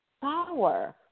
power